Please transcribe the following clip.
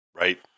right